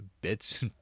bits